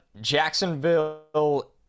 Jacksonville